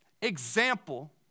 example